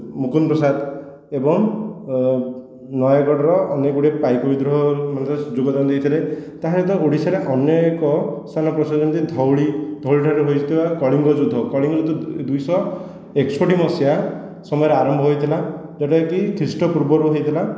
ମୁକୁନ୍ଦ ପ୍ରସାଦ ଏବଂ ନୟାଗଡ଼ର ଅନେକ ଗୁଡ଼ିଏ ପାଇକ ବିଦ୍ରୋହ ମଧ୍ୟ ଯୋଗଦାନ ଦେଇଥିଲେ ତାହା ସହିତ ଓଡ଼ିଶାରେ ଅନ୍ୟ ଏକ ସ୍ତାନ ପ୍ରସିଦ୍ଧ ଯେମିତି ଧଉଳି ଧଉଳିଠାରେ ହୋଇଥିବା କଳିଙ୍ଗ ଯୁଦ୍ଧ କଳିଙ୍ଗ ଯୁଦ୍ଧ ଦୁଇଶହ ଏକଷଠି ମସିହା ସମୟରେ ଆରମ୍ଭ ହୋଇଥିଲା ଯେଉଁଟାକି ଖ୍ରୀଷ୍ଟପୂର୍ବରୁ ହୋଇଥିଲା